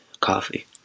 Coffee